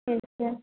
yes sir